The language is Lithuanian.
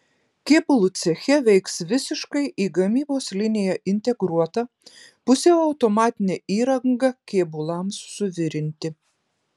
kėbulų ceche veiks visiškai į gamybos liniją integruota pusiau automatinė įranga kėbulams suvirinti